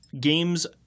games –